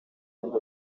ngo